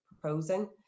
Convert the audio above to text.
proposing